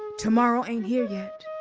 tomorrow ain't here yet.